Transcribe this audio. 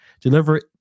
deliver